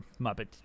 Muppet